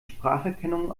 spracherkennung